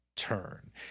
Turn